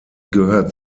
gehört